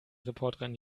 reporterin